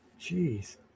Jeez